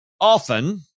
often